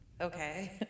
okay